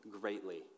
greatly